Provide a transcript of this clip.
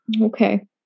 Okay